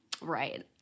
Right